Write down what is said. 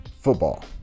football